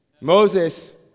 Moses